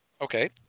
Okay